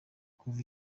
kuva